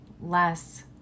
less